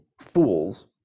fools